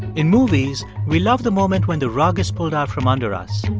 in movies, we love the moment when the rug is pulled out from under us,